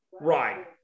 Right